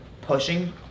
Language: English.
pushing